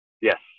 Yes